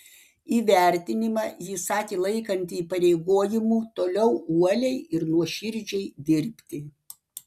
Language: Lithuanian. įvertinimą ji sakė laikanti įpareigojimu toliau uoliai ir nuoširdžiai dirbti